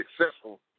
successful